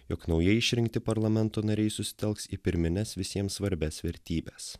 jog naujai išrinkti parlamento nariai susitelks į pirmines visiems svarbias vertybes